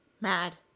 Mad